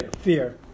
Fear